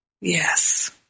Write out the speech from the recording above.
Yes